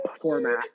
format